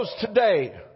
today